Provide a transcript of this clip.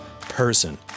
person